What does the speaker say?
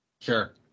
sure